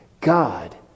God